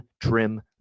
trim